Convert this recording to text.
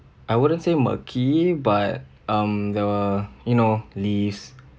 I wouldn't say murky but um there were you know leaves